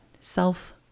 self